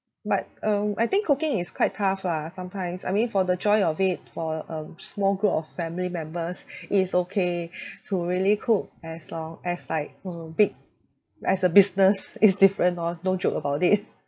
but um I think cooking is quite tough lah sometimes I mean for the joy of it for a small group of family members it is okay to really cook as long as like a big as a business is different lor don't joke about it